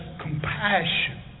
compassion